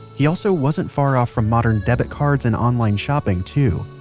he also wasn't far off from modern debit cards and online shopping, too.